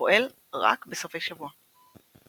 הפועל רק בסופי שבוע.